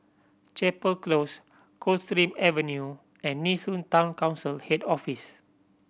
Chapel Close Coldstream Avenue and Nee Soon Town Council Head Office